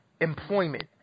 employment